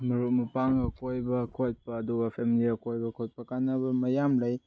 ꯃꯔꯨꯞ ꯃꯄꯥꯡꯒ ꯀꯣꯏꯕ ꯈꯣꯠꯄ ꯑꯗꯨꯒ ꯐꯦꯃꯤꯂꯤꯒ ꯀꯣꯏꯕ ꯈꯣꯠꯄ ꯀꯥꯟꯅꯕ ꯃꯌꯥꯝ ꯂꯩ